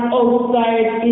outside